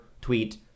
tweet